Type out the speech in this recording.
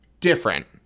different